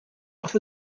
wrth